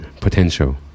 potential